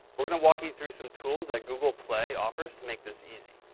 we're going to walk you through some tools that google play offers to make this easy.